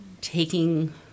taking